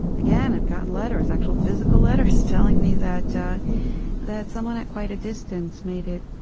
again, i've gotten letters, actual physical letters, telling me that that someone at quite a distance made it